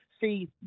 See